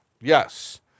Yes